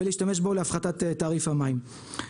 זאת הסיבה שראש עיריית ראשון לציון הסכים ראשון וגם נתניה.